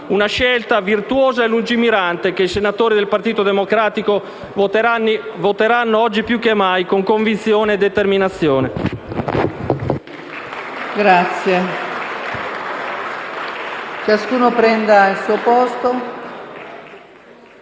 Una scelta virtuosa e lungimirante, che i senatori del Partito Democratico voteranno, oggi più che mai, con convinzione e determinazione. *(Applausi dal Gruppo